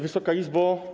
Wysoka Izbo!